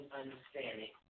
understanding